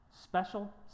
Special